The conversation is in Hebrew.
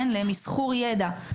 למסחור ידע.